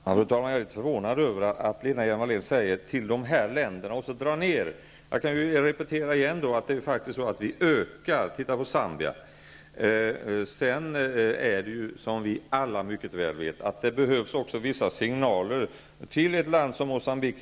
Fru talman! Jag är litet förvånad över att Lena Hjelm-Wallén säger att det skall bli fråga om en minskning till dessa länder. Jag repeterar att det faktiskt är fråga om en ökning. Titta på Zambia! Som vi alla mycket väl vet behövs det också vissa signaler till ett land som Mocambique.